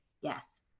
Yes